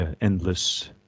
Endless